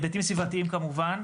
היבטים סביבתיים כמובן,